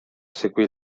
seguì